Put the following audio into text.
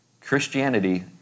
Christianity